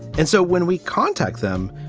and so when we contact them,